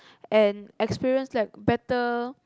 and experience like better